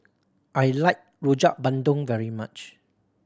I like Rojak Bandung very much